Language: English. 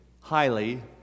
highly